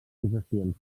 possessions